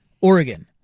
Oregon